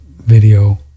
video